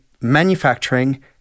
manufacturing